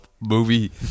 movie